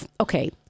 okay